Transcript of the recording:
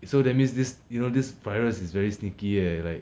so that means this you know this virus is very sneaky leh like